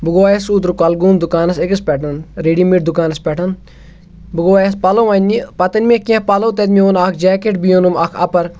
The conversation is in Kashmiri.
بہٕ گووَس اوترٕ کۅلگوم دُکانَس أکِس پؠٹھ ریڈی میڈ دُکانَس پؠٹھ بہٕ گووَس پَلَو اَننہِ تہٕ پَتہٕ أنۍ مےٚ کیٚنٛہہ پَلَو تَتہِ مےٚ اوٚن اَکھ جیکٹ بیٚیہِ اوٚنُم اَکھ اَپَر